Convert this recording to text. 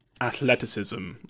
athleticism